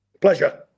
Pleasure